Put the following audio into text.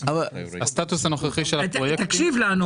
הסטטוס הנוכחי של הפרויקטים --- תקשיב לנו,